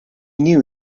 knew